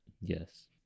Yes